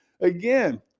again